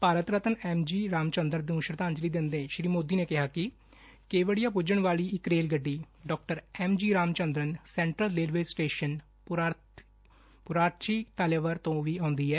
Bharat Ratna M G Ramachandran ਨੂੰ ਸ਼ਰਧਾਂਜਲੀ ਦਿੰਦੇ ਸ੍ਰੀ ਮੋਦੀ ਨੇ ਕਿਹਾ ਕਿ ਕੇਵਡਿਆ ਪੁੱਜਣ ਵਾਲੀ ਇੱਕ ਰੇਲਗੱਡੀ ਡਾ M G Ramachandran central railway station Puratchi Thalaivar ਤੋਂ ਵੀ ਆਉਂਦੀ ਹੈ